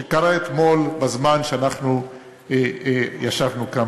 שקרה אתמול בזמן שאנחנו ישבנו כאן,